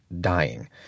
dying